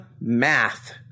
math